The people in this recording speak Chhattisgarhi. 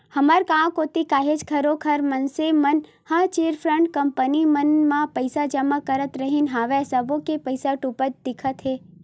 हमर गाँव कोती काहेच घरों घर मनसे मन ह चिटफंड कंपनी मन म पइसा जमा करत रिहिन हवय सब्बो के पइसा डूबत दिखत हे